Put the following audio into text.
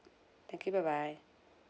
thank you bye bye